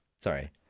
sorry